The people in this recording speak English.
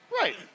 Right